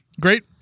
Great